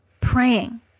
praying